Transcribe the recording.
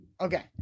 Okay